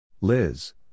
Liz